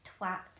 twat